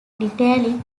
detailing